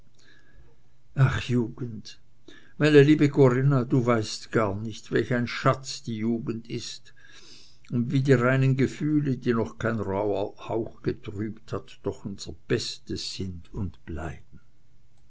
ach jugend meine liebe corinna du weißt gar nicht welch ein schatz die jugend ist und wie die reinen gefühle die noch kein rauher hauch getrübt hat doch unser bestes sind und bleiben